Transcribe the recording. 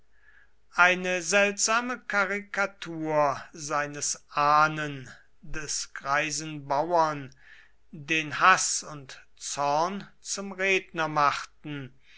eine seltsame karikatur seines ahnen des greisen bauern den haß und zorn zum redner machten